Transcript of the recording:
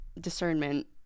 discernment